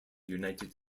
united